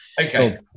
Okay